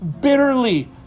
bitterly